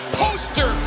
poster